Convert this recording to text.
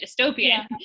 dystopian